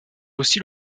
aussi